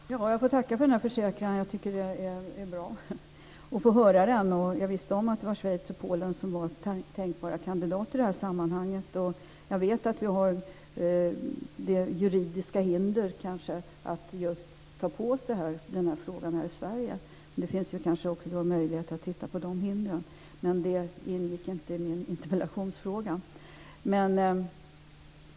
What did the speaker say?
Fru talman! Jag får tacka för den här försäkran som jag tycker att det var bra att få höra. Jag visste om att det var Polen och Schweiz som var tänkbara kandidater i sammanhanget. Jag vet att vi har det juridiska hindret att ta på oss denna fråga i Sverige. Nu finns det kanske möjligheter att titta på hindren, men det ingick inte i min interpellation.